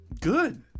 good